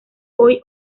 hoy